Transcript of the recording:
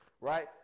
Right